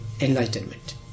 enlightenment